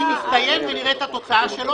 מה שנקרא רמת השירות לתושב.